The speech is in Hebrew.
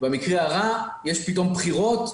במקרה הרע יהיו בחירות,